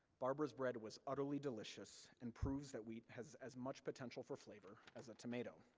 barber's bread was utterly delicious, and proves that wheat has as much potential for flavor as a tomato.